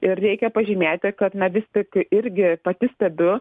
ir reikia pažymėti kad na vis tik irgi pati stebiu